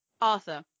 arthur